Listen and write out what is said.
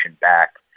back